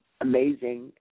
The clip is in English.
amazing